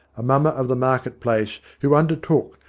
a mummer of the market place, who undertook,